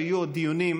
ויהיו עוד דיונים,